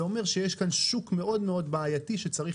זה אומר שיש כאן שוק מאוד מאוד בעייתי שצריך